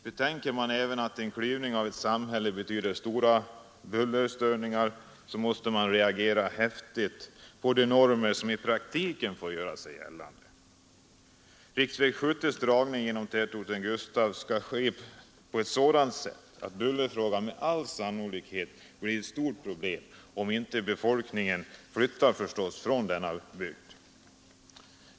Betänker man att en klyvning av ett samhälle även betyder stora bullerstörningar, måste man reagera häftigt mot de normer, som i praktiken får göra sig gällande. Dragningen av riksväg 70 genom tätorten Gustafs skall ske på ett sådant sätt, att bullerfrågan med all sannolikhet kommer att bli ett stort problem, om inte befolkningen flyttar från denna bygd.